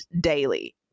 daily